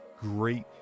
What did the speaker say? great